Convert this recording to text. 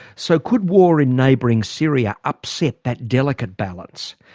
so could war in neighbouring syria upset that delicate balance?